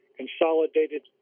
consolidated